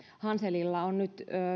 hanselilla on nyt